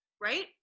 right